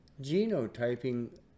genotyping